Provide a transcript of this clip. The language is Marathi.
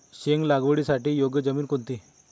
शेंग लागवडीसाठी योग्य जमीन कोणती?